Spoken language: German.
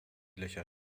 löcher